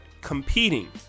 competing